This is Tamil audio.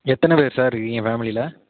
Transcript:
எத்தனை பேர் சார் இருக்கீங்க ஃபேமிலியில